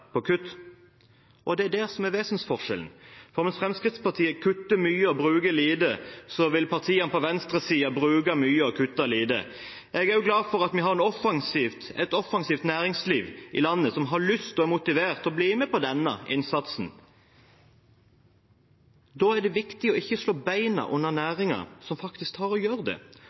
på kutt. Det er det som er vesensforskjellen, for mens Fremskrittspartiet kutter mye og bruker lite, vil partiene på venstresiden bruke mye og kutte lite. Jeg er også glad for at vi har et offensivt næringsliv i landet, som har lyst og er motivert til å bli med på denne innsatsen. Da er det viktig ikke å slå beina under næringer som faktisk gjør det. For eksempel: Klarer vi å